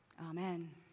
Amen